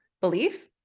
belief